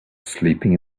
sleeping